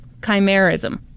chimerism